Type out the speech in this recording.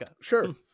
Sure